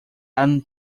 aún